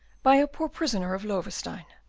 by a poor prisoner of loewestein.